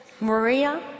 Maria